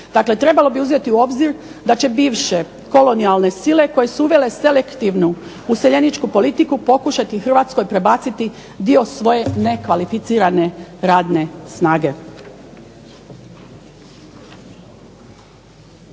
trebalo bi uzeti u obzir da će bivše kolonijalne sile koje su uvele selektivnu useljeničku politiku pokušati Hrvatskoj prebaciti dio svoje nekvalificirane radne snage.